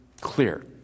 clear